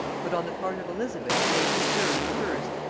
but on the part of elizabeth it may be observed, first,